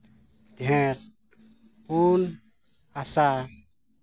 ᱡᱷᱮᱸᱴ ᱯᱩᱱ ᱟᱥᱟᱲ